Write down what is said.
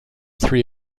three